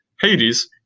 Hades